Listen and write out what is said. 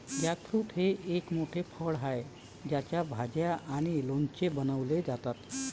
jackfruit हे एक मोठे फळ आहे ज्याच्या भाज्या आणि लोणचे बनवले जातात